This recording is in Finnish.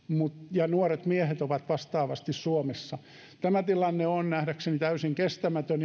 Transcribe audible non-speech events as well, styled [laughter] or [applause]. ja nuoret miehet ovat vastaavasti suomessa tämä tilanne on nähdäkseni täysin kestämätön [unintelligible]